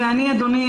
אדוני,